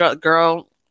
girl